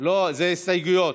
אלה הסתייגויות,